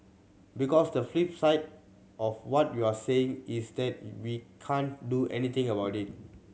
because the flip side of what you're saying is that we can't do anything about it